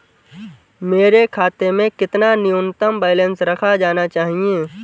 मेरे खाते में कितना न्यूनतम बैलेंस रखा जाना चाहिए?